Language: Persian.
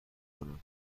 کنم